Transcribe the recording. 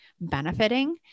benefiting